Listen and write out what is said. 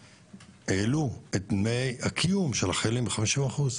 העלו את דמי הקיום של החיילים בחמישים אחוז.